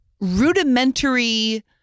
rudimentary